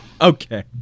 Okay